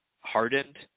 Hardened